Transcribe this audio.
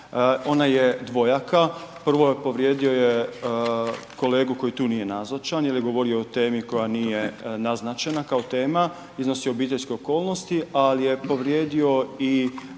ona je dvojaka, prvo povrijedio je kolegu koji tu nije nazočan jer je govorio o temi koja nije naznačena kao tema, iznosi obiteljske okolnosti ali je povrijedio i